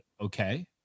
Okay